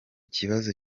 kibazo